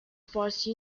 force